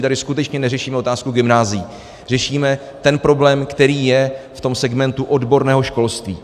Tady skutečně neřešíme otázku gymnázií, řešíme ten problém, který je v tom segmentu odborného školství.